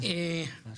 היושב-ראש,